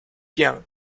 yang